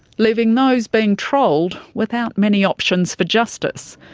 leaving those being trolled without many options for justice.